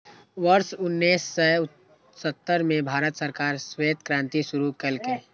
वर्ष उन्नेस सय सत्तर मे भारत सरकार श्वेत क्रांति शुरू केलकै